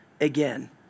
again